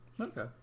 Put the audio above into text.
Okay